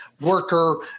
worker